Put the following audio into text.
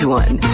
one